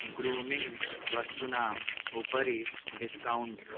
grooming वस्तूनाम् उपरि discount